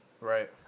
Right